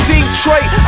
Detroit